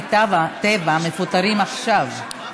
שעובדי טבע מפוטרים עכשיו,